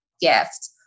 gift